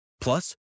Plus